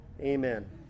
amen